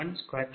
0004321 p